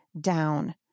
down